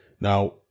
Now